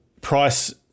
Price